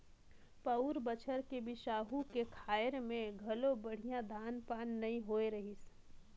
पउर बछर बिसाहू के खायर में घलो बड़िहा धान पान नइ होए रहीस